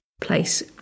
place